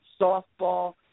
softball